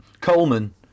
Coleman